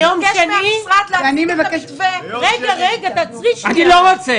אני מבקש ממשרד החינוך את התשובה המלאה לגבי העניין הזה.